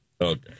okay